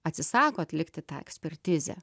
atsisako atlikti tą ekspertizę